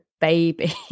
baby